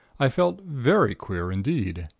i felt very queer indeed.